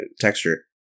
texture